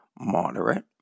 moderate